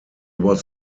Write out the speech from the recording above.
was